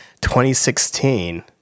2016